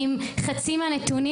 עם חצי מהנתונים.